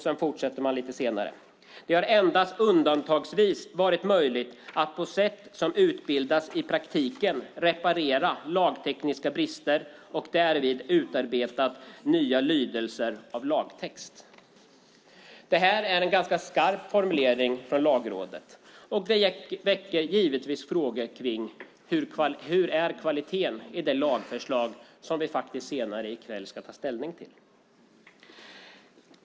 Man fortsätter lite längre ned: "Det har endast undantagsvis varit möjligt att på sätt som utbildats i praktiken reparera lagtekniska brister och därvid utarbeta nya lydelser av lagtext." Detta är en ganska skarp formulering från Lagrådet, och det väcker givetvis frågor om hur kvaliteten är i det lagförslag vi senare i kväll ska ta ställning till.